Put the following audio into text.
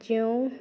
ଯେଉଁ